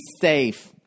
safe